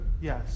Yes